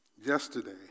Yesterday